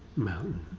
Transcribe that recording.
mountain.